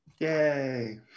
Yay